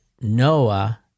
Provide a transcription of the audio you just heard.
Noah